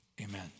amen